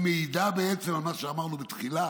היא מעידה בעצם על מה שאמרנו בתחילה,